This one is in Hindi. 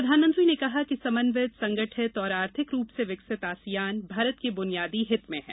प्रधानमंत्री ने कहा कि समन्वित संगठित और आर्थिक रूप से विकसित आसियान भारत के बुनियादी हित में है